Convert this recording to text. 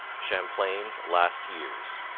champlain's last years